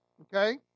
Okay